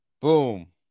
boom